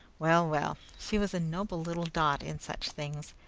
well, well! she was a noble little dot in such things,